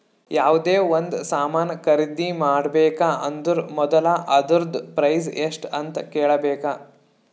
ಯಾವ್ದೇ ಒಂದ್ ಸಾಮಾನ್ ಖರ್ದಿ ಮಾಡ್ಬೇಕ ಅಂದುರ್ ಮೊದುಲ ಅದೂರ್ದು ಪ್ರೈಸ್ ಎಸ್ಟ್ ಅಂತ್ ಕೇಳಬೇಕ